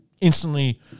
Instantly